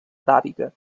aràbiga